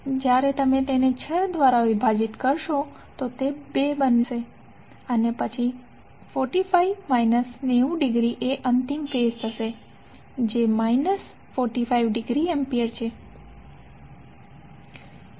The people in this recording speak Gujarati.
જ્યારે તમે તેને 6 દ્વારા વિભાજીત કરશો તે ૨ થશે અને પછી 45 માઇનસ 90 ડિગ્રી એ અંતિમ ફેઝ થશે જે માઇનસ 45 ડિગ્રી એમ્પીયર છે